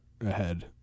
ahead